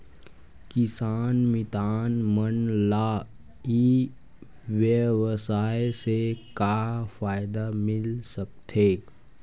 किसान मितान मन ला ई व्यवसाय से का फ़ायदा मिल सकथे?